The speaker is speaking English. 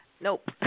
Nope